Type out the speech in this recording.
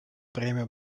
бремя